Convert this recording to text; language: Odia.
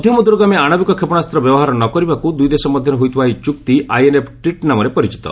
ମଧ୍ୟମ ଦୂରଗାମୀ ଆଣବିକ କ୍ଷେପଶାସ୍ତ୍ର ବ୍ୟବହାର ନ କରିବାକୁ ଦୁଇଦେଶ ମଧ୍ୟରେ ହୋଇଥିବା ଏହି ଚୁକ୍ତି ଆଇଏନ୍ଏଫ ଟ୍ରିଟ୍ ନାମରେ ପରିଚିତ